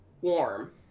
Warm